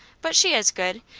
but she is good,